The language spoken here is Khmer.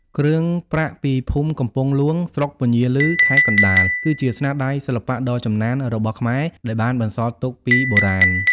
គ្រឿងប្រាក់ពីភូមិកំពង់ហ្លួង ស្រុកពញាឰល ខេត្តកណ្ដាល គឺជាស្នាដៃសិល្បៈដ៏ចំណានរបស់ខ្មែរ ដែលបានបន្សល់ទុកពីបុរាណ